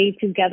together